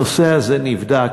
הנושא הזה נבדק.